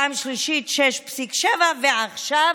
פעם שלישית, 6.7 ועכשיו,